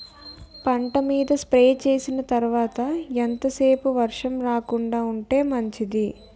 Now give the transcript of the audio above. పంట మీద స్ప్రే చేసిన తర్వాత ఎంత సేపు వర్షం రాకుండ ఉంటే మంచిది?